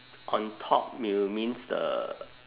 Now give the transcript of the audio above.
on top you means the